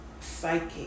psychic